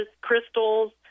crystals